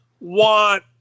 want